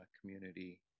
community